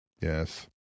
Yes